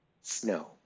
snow